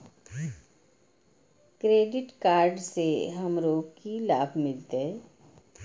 Credit card से हमरो की लाभ मिलते?